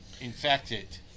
infected